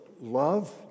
love